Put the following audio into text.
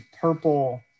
purple